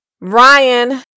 Ryan